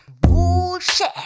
bullshit